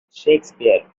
shakespeare